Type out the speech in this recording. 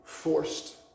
forced